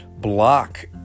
block